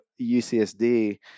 UCSD